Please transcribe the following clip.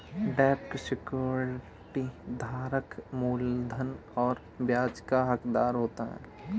डेब्ट सिक्योरिटी धारक मूलधन और ब्याज का हक़दार होता है